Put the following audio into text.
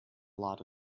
lot